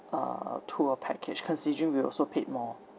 uh tour package considering we also paid more